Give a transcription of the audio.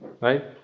Right